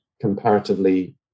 comparatively